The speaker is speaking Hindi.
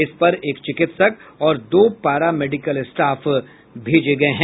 इस पर एक चिकित्सक और दो पैरा मेडिकल स्टाफ भेजे जायेंगे